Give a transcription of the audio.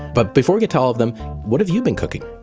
but before we get to all of them what have you been cooking?